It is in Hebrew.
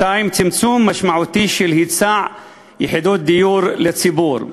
2. צמצום משמעותי של היצע יחידות דיור לציבור,